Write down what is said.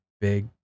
Big